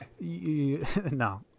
no